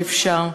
שאפשר.